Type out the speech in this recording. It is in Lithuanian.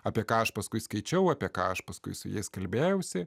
apie ką aš paskui skaičiau apie ką aš paskui su jais kalbėjausi